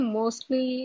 mostly